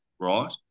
right